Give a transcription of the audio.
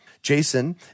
Jason